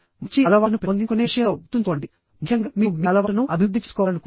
మంచి అలవాటును పెంపొందించుకునే విషయంలో గుర్తుంచుకోండిముఖ్యంగా మీరు మీ అలవాటును అభివృద్ధి చేసుకోవాలనుకుంటే